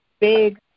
big